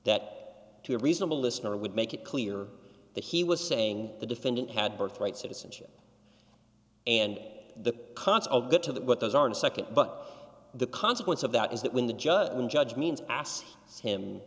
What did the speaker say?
that to a reasonable listener would make it clear that he was saying the defendant had birth right citizenship and the consul get to that but those are in a nd but the consequence of that is that when the judge when judge means asked him